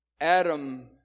Adam